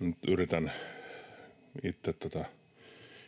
nyt yritän itse tätä